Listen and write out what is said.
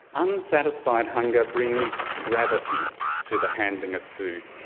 unsatisfied hunger brings gravity to the handling of food.